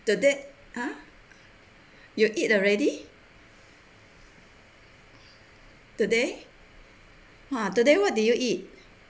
tod~ you eat already today !wah! today what did you eat